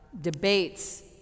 debates